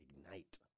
ignite